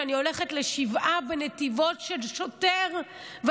כשאני הולכת לשבעה של שוטר בנתיבות,